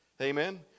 amen